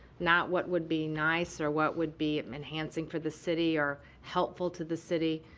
not what would be nice, or what would be enhancing for the city, or helpful to the city,